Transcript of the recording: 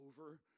over